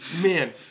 man